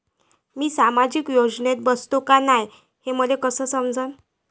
मी सामाजिक योजनेत बसतो का नाय, हे मले कस समजन?